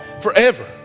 Forever